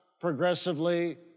progressively